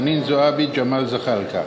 חנין זועבי וג'מאל זחאלקה.